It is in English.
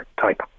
type